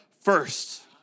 first